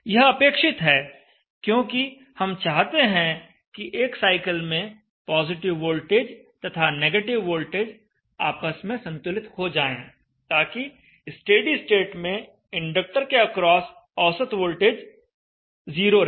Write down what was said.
यह अपेक्षित है क्योंकि हम चाहते हैं कि एक साइकिल में पॉजिटिव वोल्टेज तथा नेगेटिव वोल्टेज आपस में संतुलित हो जाएं ताकि स्टेडी स्टेट में इंडक्टर के अक्रॉस औसत वोल्टेज 0 रहे